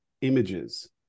images